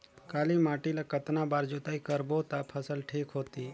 काली माटी ला कतना बार जुताई करबो ता फसल ठीक होती?